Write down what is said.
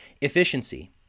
Efficiency